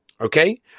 Okay